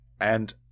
And-